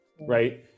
right